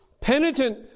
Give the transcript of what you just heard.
Penitent